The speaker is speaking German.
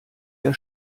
der